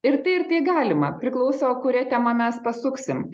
ir tai ir tai galima priklauso kuria tema mes pasuksim